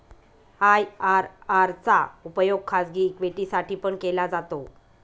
IRR चा उपयोग खाजगी इक्विटी साठी पण केला जातो